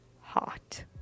hot